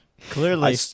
Clearly